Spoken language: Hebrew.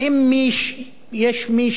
האם יש מי